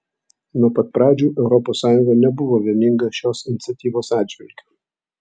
nuo pat pradžių europos sąjunga nebuvo vieninga šios iniciatyvos atžvilgiu